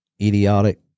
Idiotic